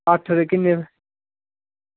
अट्ठ दे किन्ने न